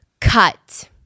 cut